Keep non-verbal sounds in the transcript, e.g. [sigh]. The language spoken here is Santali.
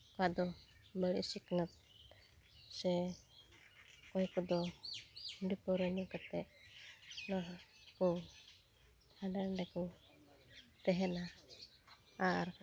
ᱚᱠᱟᱫᱚ ᱵᱟᱹᱲᱤᱡ ᱥᱤᱠᱷᱱᱟᱹᱛ ᱥᱮ ᱠᱚᱭᱠᱚᱫᱚ ᱦᱟᱺᱰᱤ ᱯᱟᱹᱣᱨᱟᱹ ᱧᱩ ᱠᱟᱛᱮ [unintelligible] ᱦᱟᱱᱰᱮ ᱱᱷᱟᱰᱮᱠᱚ ᱛᱮᱦᱮᱱᱟ ᱟᱨ